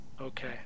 Okay